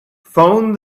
phone